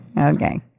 Okay